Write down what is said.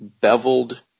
Beveled